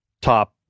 top